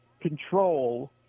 control